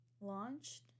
launched